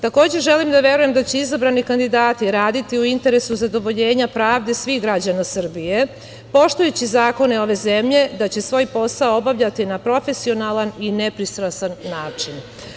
Takođe želim da verujem da će izabrani kandidati raditi u interesu zadovoljenja pravde svih građana Srbije, poštujući zakone ove zemlje da će svoj posao obavljati na profesionalan i nepristrasan način.